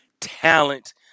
talent